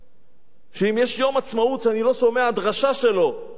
שאם יש יום עצמאות שאני לא שומע דרשה שלו על ציונות,